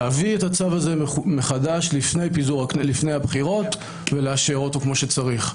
להביא את הצו הזה מחדש לפני הבחירות ולאשר אותו כמו שצריך.